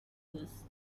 this